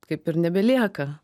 kaip ir nebelieka